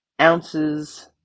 ounces